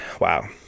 wow